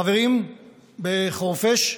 החברים בחורפיש,